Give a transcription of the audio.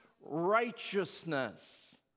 righteousness